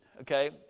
okay